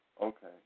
Okay